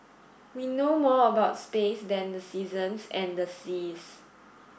we know more about space than the seasons and the seas